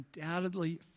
undoubtedly